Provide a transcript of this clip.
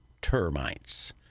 termites